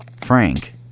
Frank